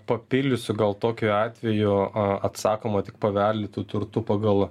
papildysiu gal tokiu atveju a atsakoma tik paveldėtu turtu pagal